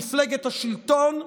מפלגת השלטון,